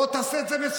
בוא תעשה את זה מסודר.